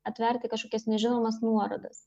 atverti kažkokias nežinomas nuorodas